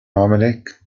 عملك